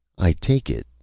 i take it,